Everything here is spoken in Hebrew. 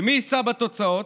ומי יישא בתוצאות?